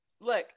look